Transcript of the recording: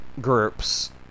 groups